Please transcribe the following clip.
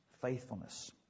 faithfulness